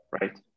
right